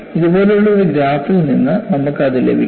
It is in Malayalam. ഇതുപോലുള്ള ഒരു ഗ്രാഫിൽ നിന്ന് നമുക്ക് അത് ലഭിക്കും